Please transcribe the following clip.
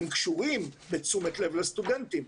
הם קשורים לתשומת לב לסטודנטים,